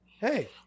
Hey